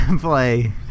play